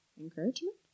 encouragement